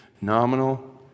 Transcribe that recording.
Nominal